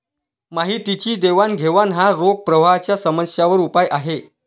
माहितीची देवाणघेवाण हा रोख प्रवाहाच्या समस्यांवर उपाय आहे